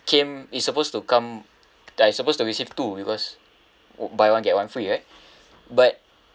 came is supposed to come I supposed to receive two because buy one get one free right but